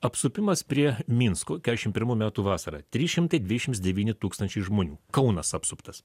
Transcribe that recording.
apsupimas prie minsko kešim pirmų metų vasarą trys šimtai dvidešims devyni tūkstančiai žmonių kaunas apsuptas